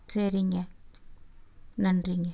சரிங்க நன்றிங்க